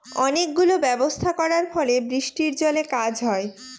অনেক গুলো ব্যবস্থা করার ফলে বৃষ্টির জলে কাজ হয়